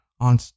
on